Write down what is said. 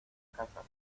casa